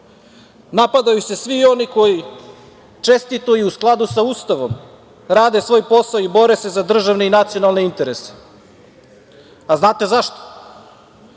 Napadaju se svi oni koji čestito i u skladu sa Ustavom rade svoj posao i bore se za državne i nacionalne interese, a da li znate zašto?